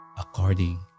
according